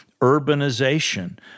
urbanization